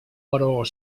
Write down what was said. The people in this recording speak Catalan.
però